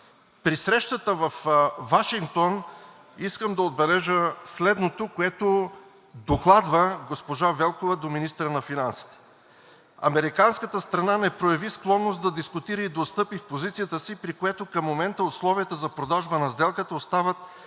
При срещата във Вашингтон искам да отбележа следното, което докладва госпожа Велкова до министъра на финансите: „Американската страна не прояви склонност да дискутира и да отстъпи в позицията си, при което към момента условията за продажба на сделката остават